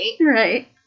Right